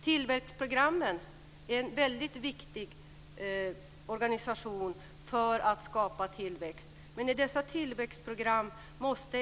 Tillväxtprogrammen är väldigt viktiga för att skapa tillväxt.